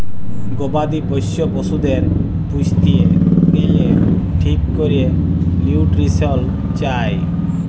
গবাদি পশ্য পশুদের পুইসতে গ্যালে ঠিক ক্যরে লিউট্রিশল চায়